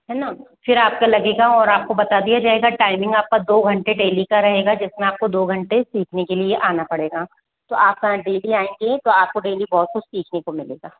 है न फिर आपका लगेगा और आपको बात दिए जाएगा टाइमिंग आपका दो घंटे डेली का रहेगा जिसमें आपको दो घंटे सीखने के लिए आना पड़ेगा तो आप न डेली आएगी तो आपको डेली कुछ सीखने को मिलेगा